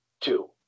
two